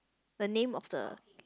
the name of the